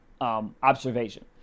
observation